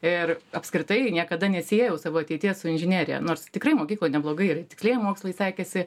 ir apskritai niekada nesiejau savo ateities su inžinerija nors tikrai mokykloj neblogai ir tikslieji mokslai sekėsi